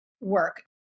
work